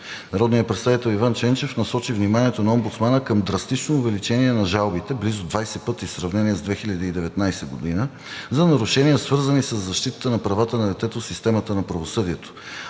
Народният представител Иван Ченчев насочи вниманието на омбудсмана към драстичното увеличение на жалбите – близо 20 пъти в сравнение с 2019 г., за нарушения, свързани със защитата на правата на детето в системата на правосъдието.